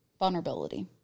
Vulnerability